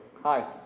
Hi